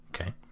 Okay